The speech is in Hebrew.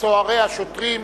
צוערי השוטרים.